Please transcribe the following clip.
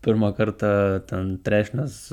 pirmą kartą ten trešnes